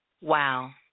Wow